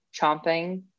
chomping